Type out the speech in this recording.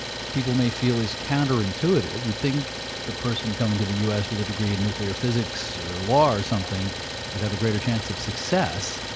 people may feel, is counterintuitive, you'd think the person coming to the u s. with a degree in nuclear physics or law or something would have a greater chance of success.